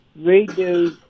redo